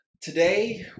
Today